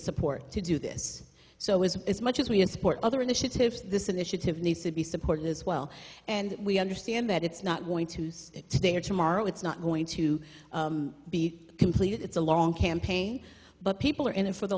support to do this so is as much as we can support other initiatives this initiative needs to be supported as well and we understand that it's not going to use it today or tomorrow it's not going to be completed it's a long campaign but people are in it for the